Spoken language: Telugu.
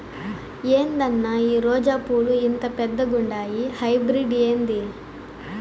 ఏందన్నా ఈ రోజా పూలు ఇంత పెద్దగుండాయి హైబ్రిడ్ ఏంది